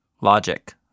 logic